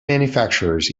manufacturers